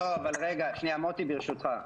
מוטי ברשותך.